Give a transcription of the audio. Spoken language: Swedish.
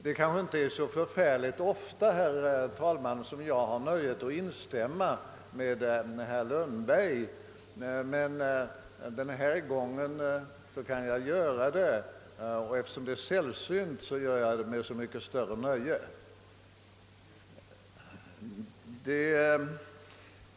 Det kanske inte är så värst ofta som jag har nöjet att instämma med herr Lundberg men den här gången kan jag göra det, och eftersom det är sällsynt är det ett så mycket större nöje.